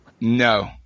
No